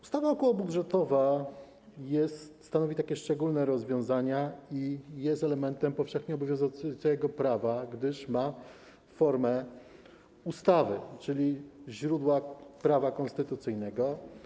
Ustawa okołobudżetowa stanowi szczególne rozwiązanie i jest elementem powszechnie obowiązującego prawa, gdyż ma formę ustawy, czyli źródła prawa konstytucyjnego.